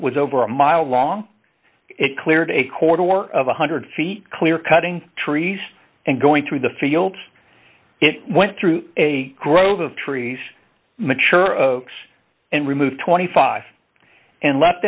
was over a mile long it cleared a quarter of one hundred feet clear cutting trees and going through the fields it went through a grove of trees mature oaks and removed twenty five and left